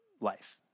life